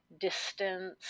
distance